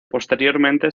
posteriormente